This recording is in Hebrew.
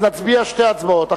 אז נצביע שתי הצבעות,